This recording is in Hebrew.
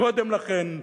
קודם לכן,